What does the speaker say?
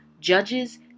Judges